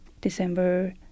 December